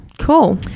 Cool